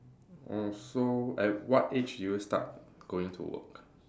oh so at what age do you start going to work